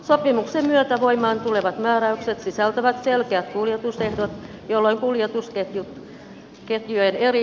sopimuksen myötä voimaan tulevat määräykset sisältävät selkeät kuljetusehdot jolloin kuljetusketjun eri